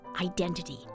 Identity